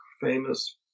famous